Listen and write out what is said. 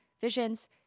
visions